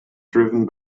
driven